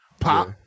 pop